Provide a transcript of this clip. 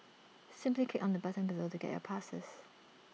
simply click on the button below to get your passes